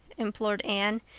implored anne.